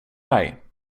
dig